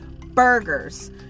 burgers